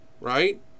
right